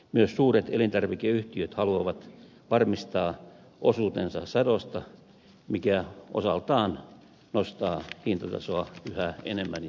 myös suuret elintarvikeyhtiöt haluavat varmistaa osuutensa sadosta mikä osaltaan nostaa hintatasoa yhä enemmän ja enemmän